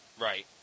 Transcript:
Right